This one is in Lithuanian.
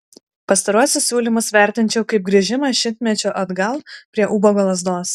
pastaruosius siūlymus vertinčiau kaip grįžimą šimtmečiu atgal prie ubago lazdos